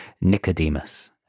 Nicodemus